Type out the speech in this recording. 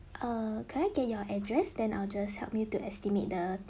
err can I get your address then I'll just helped you to estimate the